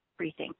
rethink